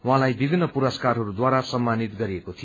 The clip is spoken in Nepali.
उहाँलाई विभिन्न पुरस्कारहरूद्वारा सम्मानित गरऐको थियो